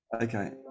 Okay